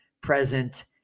present